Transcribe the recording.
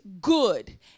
good